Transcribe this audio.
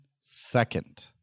second